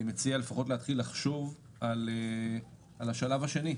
אני מציע לפחות להתחיל לחשוב על השלב השני,